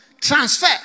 transfer